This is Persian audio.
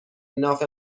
ناف